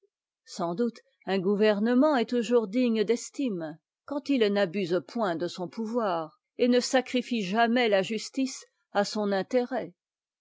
sans doute un gouvernement est toujours digne d'estime quand il n'abuse point de son pouvoir et ne sacrifie jamais la justice à son intérêt